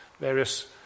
various